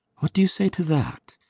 what do you say to that?